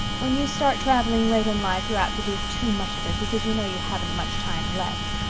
when you start traveling late in life you're apt to do too much of it because you know you haven't much time left,